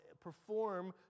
perform